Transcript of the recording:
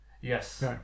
Yes